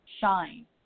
shine